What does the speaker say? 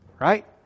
Right